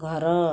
ଘର